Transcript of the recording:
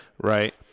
Right